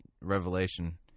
Revelation